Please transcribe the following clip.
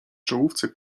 czołówce